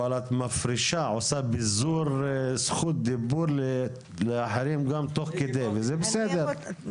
אבל את מפרישה עושה פיזור זכות דיבור לאחרים גם תוך כדי וזה בסדר.